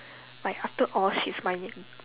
like after all she's my ni~